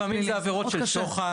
לפעמים אלה עבירות של שוחד,